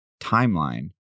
timeline